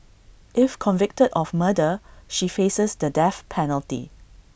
if convicted of murder she faces the death penalty